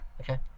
Okay